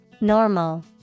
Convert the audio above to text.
Normal